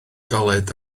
galed